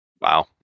Wow